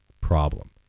problem